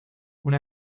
una